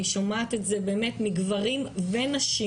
אני שומעת את זה באמת מגברים ונשים,